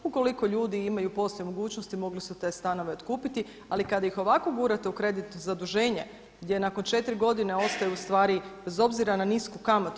Ukoliko ljudi imaju poslije mogućnosti mogli su te stanove otkupiti, ali kada ih ovako gurate u kredit u zaduženje gdje nakon četiri godine ostaju ustvari bez obzira na istu kamatu.